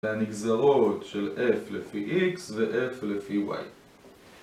לנגזרות של f לפי x ו- f לפי y